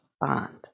bond